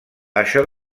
això